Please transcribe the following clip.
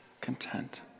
Content